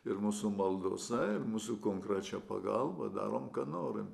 ir mūsų maldose ir mūsų konkrečią pagalbą darom ką norim